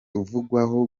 uvugwaho